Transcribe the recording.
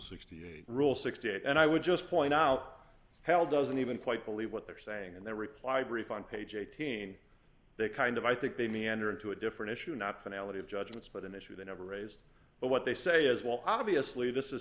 sixty eight rule sixty eight and i would just point out hell doesn't even quite believe what they're saying in their reply brief on page eighteen they kind of i think they may enter into a different issue not finale of judgments but an issue they never raised but what they say is well obviously this is